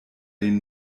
den